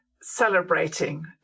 celebrating